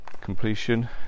completion